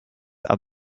are